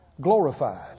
glorified